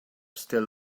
still